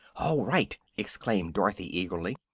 all right! exclaimed dorothy, eagerly.